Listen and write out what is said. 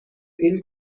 این